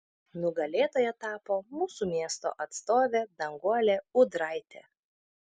nugalėtoja tapo mūsų miesto atstovė danguolė ūdraitė